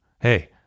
Hey